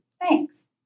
Thanks